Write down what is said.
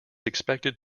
expected